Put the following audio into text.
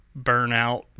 burnout